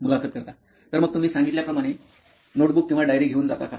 मुलाखत कर्ता तर मग तुम्ही सांगितल्या प्रमाणे तुम्ही नोटबुक किंवा डायरी घेऊन जाता का